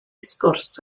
sgwrs